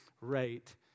right